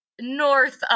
north